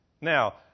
now